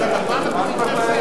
אז גם,